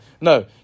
No